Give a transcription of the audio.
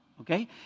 Okay